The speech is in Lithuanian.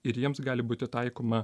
ir jiems gali būti taikoma